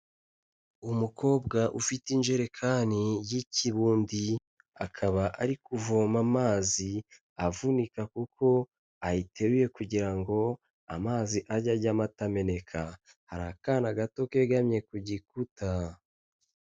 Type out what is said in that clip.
Umukobwa ufite injerekani y'ikibundi akaba ari kuvoma amazi avunika kuko ayiteruye kugira ngo amazi ajye ajyamo atameneka, hari akana gato kegamye ku gikuta.